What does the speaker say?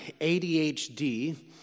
ADHD